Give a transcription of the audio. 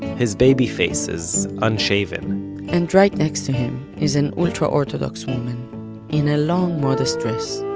his baby-face is unshaven and right next to him is an ultra-orthodox woman in a long modest dress.